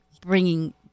bringing